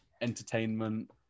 entertainment